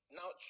now